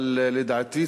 אבל לדעתי,